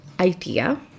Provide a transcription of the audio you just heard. idea